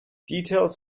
details